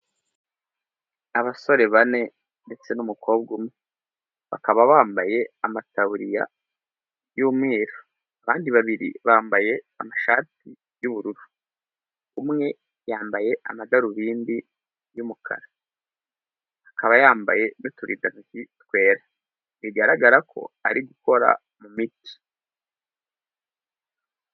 Abasore bane ndetse n'umukobwa umwe bakaba bambaye amataburiya y'umweru, abandi babiri bambaye amashati y'ubururu, umwe yambaye amadarubindi y'umukara, akaba yambaye n'uturindantoki twera bigaragara ko ari gukora mu miti.